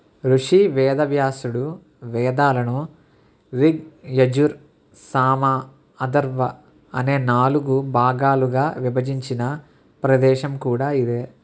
ఋషి వేదవ్యాసుడు వేదాలను రిగ్ యజుర్ సామ అథర్వ అనే నాలుగు భాగాలుగా విభజించిన ప్రదేశం కూడా ఇదే